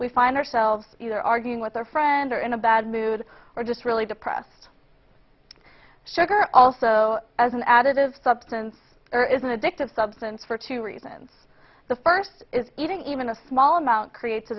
we find ourselves either arguing with our friend or in a bad mood or just really depressed sugar also as an additive substance or is an addictive substance for two reasons the first is eating even a small amount creates a